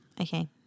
Okay